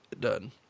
done